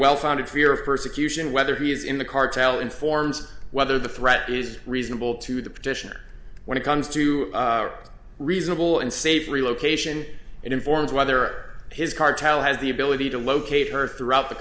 well founded fear of persecution whether he is in the cartel informs whether the threat is reasonable to the petitioner when it comes to reasonable and safe relocation it informs whether his cartel has the ability to locate her throughout the